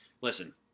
Listen